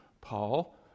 Paul